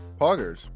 Poggers